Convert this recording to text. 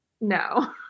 no